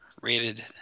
rated